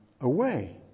away